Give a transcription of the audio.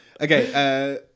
okay